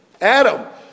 Adam